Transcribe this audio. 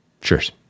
Cheers